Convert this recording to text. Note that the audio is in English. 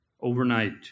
overnight